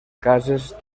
cases